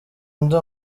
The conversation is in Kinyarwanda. ndi